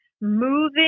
moving